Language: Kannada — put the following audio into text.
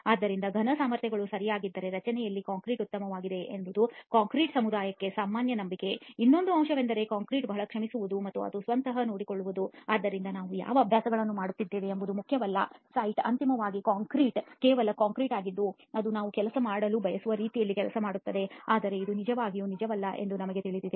ಆದ್ದರಿಂದ ಘನ ಸಾಮರ್ಥ್ಯಗಳು ಸರಿಯಾಗಿದ್ದರೆ ರಚನೆಯಲ್ಲಿ ಕಾಂಕ್ರೀಟ್ ಉತ್ತಮವಾಗಿದೆ ಎಂಬುದು ಕಾಂಕ್ರೀಟ್ ಸಮುದಾಯದ ಸಾಮಾನ್ಯ ನಂಬಿಕೆ ಇನ್ನೊಂದು ಅಂಶವೆಂದರೆ ಕಾಂಕ್ರೀಟ್ ಬಹಳ ಕ್ಷಮಿಸುವದು ಮತ್ತು ಅದು ಸ್ವತಃ ನೋಡಿಕೊಳ್ಳುತ್ತದೆ ಆದ್ದರಿಂದ ನಾವು ಯಾವ ಅಭ್ಯಾಸಗಳನ್ನು ಮಾಡುತ್ತಿದ್ದೇವೆ ಎಂಬುದು ಮುಖ್ಯವಲ್ಲ ಸೈಟ್ ಅಂತಿಮವಾಗಿ ಕಾಂಕ್ರೀಟ್ ಕೇವಲ ಕಾಂಕ್ರೀಟ್ ಆಗಿದ್ದು ಅದು ನಾವು ಕೆಲಸ ಮಾಡಲು ಬಯಸಿದ ರೀತಿಯಲ್ಲಿ ಕೆಲಸ ಮಾಡಬೇಕು ಆದರೆ ಇದು ನಿಜವಾಗಿಯೂ ನಿಜವಲ್ಲ ಎಂದು ನಮಗೆ ತಿಳಿದಿದೆ